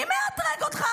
מי מאתרג אותך,